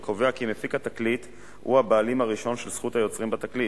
וקובע כי מפיק התקליט הוא הבעלים הראשון של זכות היוצרים בתקליט,